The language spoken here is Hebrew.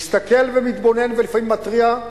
מסתכל ומתבונן ולפעמים מתריע.